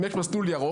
אם יש מסלול ירוק,